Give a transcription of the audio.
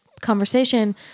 conversation